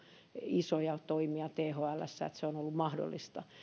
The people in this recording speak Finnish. isoja toimia thlssä että se on ollut mahdollista